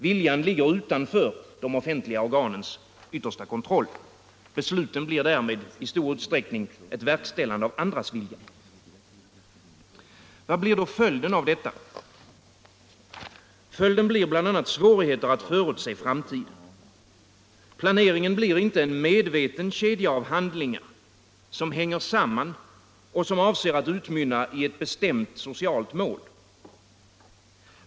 Viljan ligger utanför de offentliga organens yttersta kontroll. Besluten blir därmed i stor utsträckning ett verkställande av andras vilja. Vad är då följden av detta? Jo, bl.a. svårigheter att förutse framtiden. Planeringen blir inte en medveten kedja av handlingar, som hänger samman och som avser att utmynna i ett bestämt socialt mål.